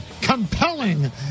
compelling